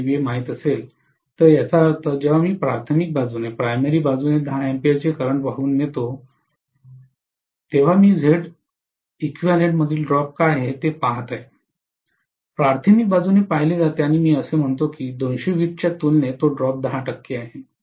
2 kVA माहित असेल तर याचा अर्थ जेव्हा ते प्राथमिक बाजूने 10 A चे करंट वाहून नेते तेव्हा मी Zeq मधील ड्रॉप काय आहे ते पहात आहे प्राथमिक बाजूने पाहिले जाते आणि मी असे म्हणतो की 220 V च्या तुलनेत तो ड्रॉप 10 टक्के आहे